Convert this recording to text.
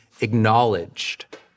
acknowledged